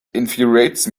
infuriates